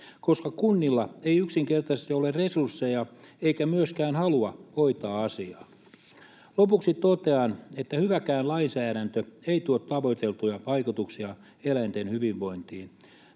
koska kunnilla ei yksinkertaisesti ole resursseja eikä myöskään halua hoitaa asiaa. Lopuksi totean, että hyväkään lainsäädäntö ei tuo tavoiteltuja vaikutuksia eläinten hyvinvointiin,